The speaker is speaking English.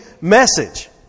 message